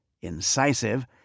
incisive